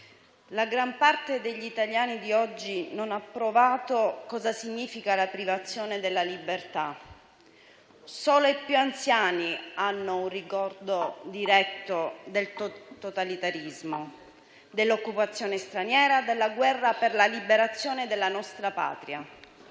la gran parte degli italiani di oggi non ha provato cosa significa la privazione della libertà. Solo i più anziani hanno un ricordo diretto del totalitarismo, dell'occupazione straniera, della guerra per la liberazione della nostra Patria.